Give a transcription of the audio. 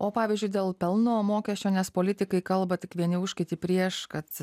o pavyzdžiui dėl pelno mokesčio nes politikai kalba tik vieni už kiti prieš kad